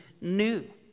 new